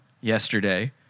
yesterday